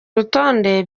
rutonde